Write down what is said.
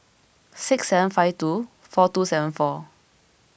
six seven five two four two seven four